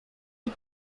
hit